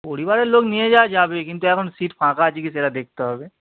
পরিবারের লোক নিয়ে যাওয়া যাবে কিন্তু এখন সিট ফাঁকা আছে কি সেটা এখন দেখতে হবে